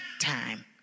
time